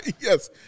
Yes